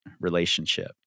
relationship